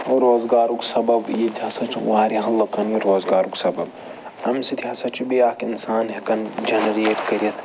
روزگارُک سَبَب ییٚتہِ ہَسا چھ واریَہَن لُکَن یہِ روزگارُک سَبَب اَمہِ سۭتۍ ہَسا چھُ بیٚیہِ اکھ اِنسان ہٮ۪کان جَنریٹ کٔرِتھ